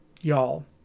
Y'all